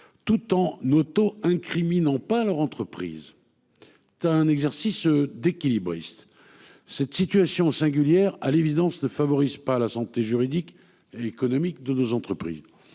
tout en auto-incriminant pas leur entreprise. Tu as un exercice d'équilibriste. Cette situation singulière à l'évidence ne favorise pas la santé juridique et économique de nos entreprises